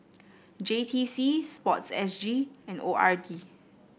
J T C sports S G and O R D